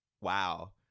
Wow